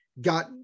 got